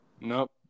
Nope